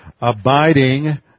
abiding